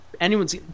anyone's –